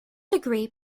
degree